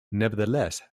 nevertheless